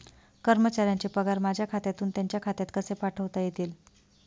कर्मचाऱ्यांचे पगार माझ्या खात्यातून त्यांच्या खात्यात कसे पाठवता येतील?